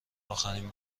اخرین